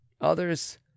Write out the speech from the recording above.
Others